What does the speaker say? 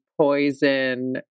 poison